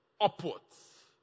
upwards